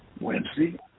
Wednesday